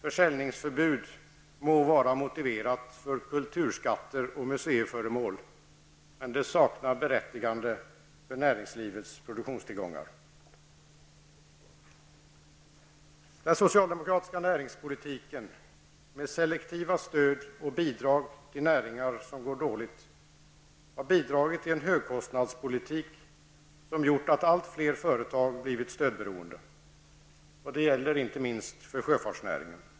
Försäljningsförbud må vara motiverat för kulturskatter och museiföremål, men det saknar berättigande för näringslivets produktionstillgångar. Den socialdemokratiska näringspolitiken, med selektiva stöd och bidrag till näringar som går dåligt, har bidragit till en högkostnadspolitik som gjort att allt fler företag har blivit stödberoende. Detta gäller inte minst för sjöfartsnäringen.